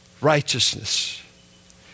righteousness